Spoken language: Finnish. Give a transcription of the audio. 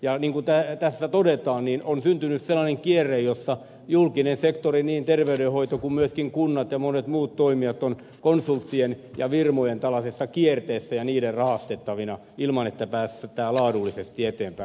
ja niin kuin tässä todetaan on syntynyt sellainen kierre jossa julkinen sektori niin terveydenhoito kuin myöskin kunnat ja monet muut toimijat on konsulttien ja firmojen kierteessä ja niiden rahastettavana ilman että päästään laadullisesti eteenpäin